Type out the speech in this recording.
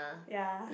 ya